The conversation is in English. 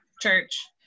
church